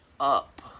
Up